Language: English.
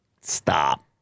stop